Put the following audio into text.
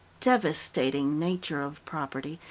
devastating nature of property,